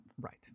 Right